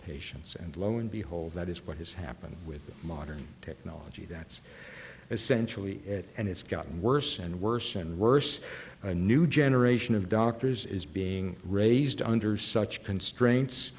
patients and lo and behold that is what has happened with modern technology that's essentially it and it's gotten worse and worse and worse a new generation of doctors is being raised under such constraints